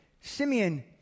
Simeon